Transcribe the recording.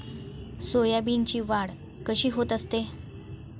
सोयाबीनची वाढ कशी होत असते?